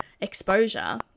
exposure